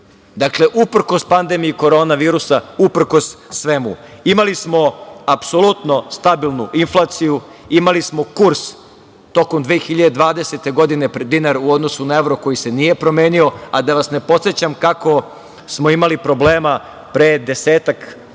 dakle, uprkos pandemiji korona virusa, uprkos svemu. Imali smo apsolutno stabilnu inflaciju, imali smo kurs tokom 2020. godine dinara u odnosu na evro koji se nije promenio, a da vas ne podsećam kako smo imali problema pre desetak i